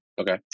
okay